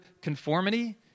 conformity